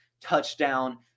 touchdown